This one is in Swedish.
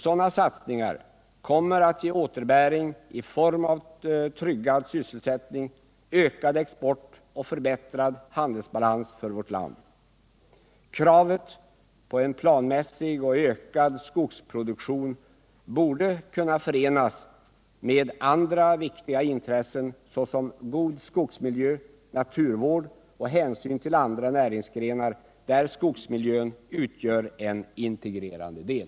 Sådana satsningar kommer att ge återbäring i form av tryggad sysselsättning, ökad export och förbättrad handelsbalans för vårt land. Kravet på en planmässig och ökad skogsproduktion borde kunna förenas med andra viktiga intressen, såsom god skogsmiljö, naturvård och hänsyn till andra näringsgrenar där skogsmiljön utgör en integrerande del.